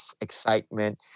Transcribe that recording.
excitement